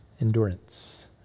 Endurance